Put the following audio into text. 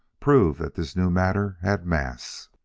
proved that this new matter had mass.